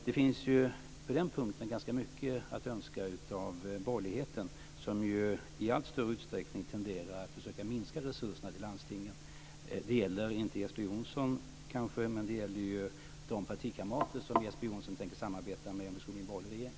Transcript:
Det finns på den punkten ganska mycket att önska av borgerligheten, som ju i allt större utsträckning tenderar att försöka minska resurserna till landstingen. Det gäller kanske inte Jeppe Johnsson, men det gäller de partikamrater som Jeppe Johnsson tänker samarbeta med om det skulle bli en borgerlig regering.